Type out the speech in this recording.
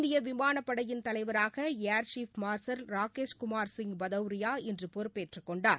இந்திய விமானப்படையின் தலைவராக ஏா்ஷிப் மா்ஷல் ரகேஷ்குமார் சிங் பதௌரியா இன்று பொறுப்பேற்றுக் கொண்டார்